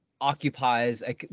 occupies